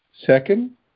Second